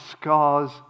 scars